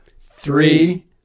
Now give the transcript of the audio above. Three